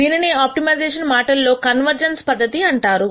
దీనినే ఆప్టిమైజేషన్ మాటల్లో కన్వర్జెన్స్ పద్ధతి అంటారు